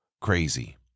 crazy